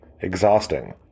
exhausting